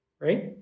Right